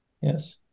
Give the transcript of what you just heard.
Yes